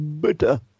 bitter